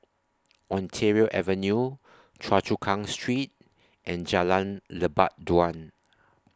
Ontario Avenue Choa Chu Kang Street and Jalan Lebat Daun